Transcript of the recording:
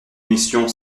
émission